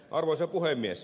arvoisa puhemies